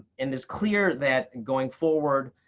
and it's clear that going forward,